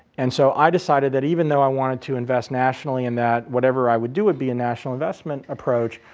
and so i decided that even though i wanted to invest nationally, in that whatever i would do would be a national investment approach,